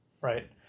Right